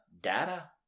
data